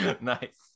nice